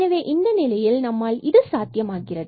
எனவே இந்த நிலையில் நம்மால் இது சாத்தியமாகிறது